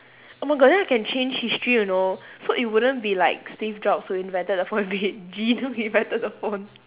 oh my god then we can change history you know so it wouldn't be like steve-jobs who invented the phone it would be jean who invented the phone